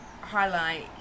highlight